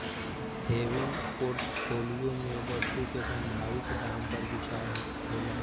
हेविंग portfolio में वस्तु के संभावित दाम पर विचार होला